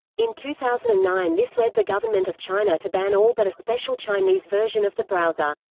in two thousand and nine this led the government of china to ban all but a special chinese version of the browser.